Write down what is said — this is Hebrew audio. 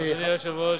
אדוני היושב-ראש,